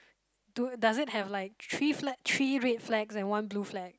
do does it have like three flags three red flags and one blue flag